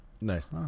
Nice